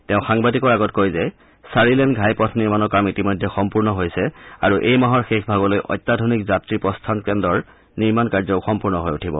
তেওঁ সাংবাদিকৰ আগত কয় যে চাৰিলেন ঘাইপথ নিৰ্মাণৰ কাম ইতিমধ্যে সম্পূৰ্ণ হৈছে আৰু এই মাহৰ শেষভাগলৈ অত্যাধুনিক যাত্ৰী প্ৰস্থান কেন্দ্ৰৰ নিৰ্মাণ কাৰ্যও সম্পূৰ্ণ হৈ উঠিব